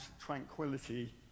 tranquility